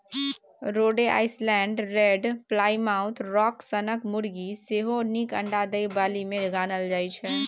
रोडे island red, Plymouth rock सनक मुरगी सेहो नीक अंडा दय बालीमे गानल जाइ छै